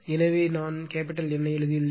இங்கே நான் N ஐ எழுதியுள்ளேன்